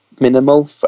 minimal